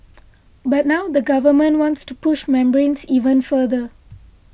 but now the Government wants to push membranes even further